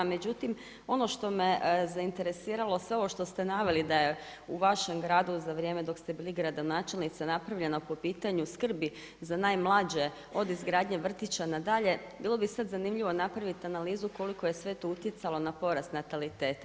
Međutim, ono što me zainteresiralo sve ovo što ste naveli da je u vašem gradu za vrijeme dok ste bili gradonačelnica napravljeno po pitanju skrbi za najmlađe od izgradnje vrtića na dalje, bilo bi sada zanimljivo napraviti analizu koliko je sve to utjecalo na porast nataliteta.